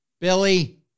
Billy